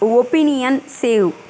opinion save